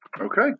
Okay